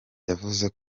yavuze